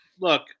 look